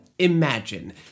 Imagine